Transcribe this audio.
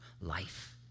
life